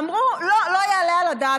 אמרו: לא יעלה על הדעת,